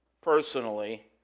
personally